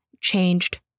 changed